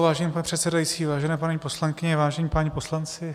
Vážený pane předsedající, vážené paní poslankyně, vážení páni poslanci.